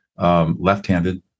Left-handed